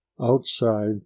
Outside